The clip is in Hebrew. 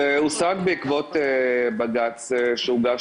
זה הושג בעקבות בג"ץ שהוגש,